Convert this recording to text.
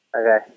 Okay